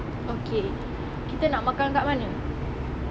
okay kita nak makan kat mana